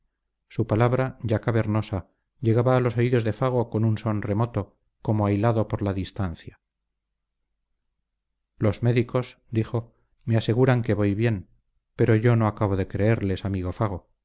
su palabra ya cavernosa llegaba a los oídos de fago con un son remoto como ahilado por la distancia los médicos dijo me aseguran que voy bien pero yo no acabo de creerles amigo fago